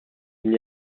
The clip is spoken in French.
n’y